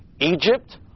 Egypt